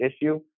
issue